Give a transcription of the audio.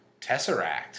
tesseract